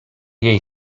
jej